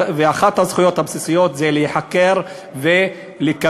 ואחת הזכויות הבסיסיות זה להיחקר ולקבל